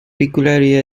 regularly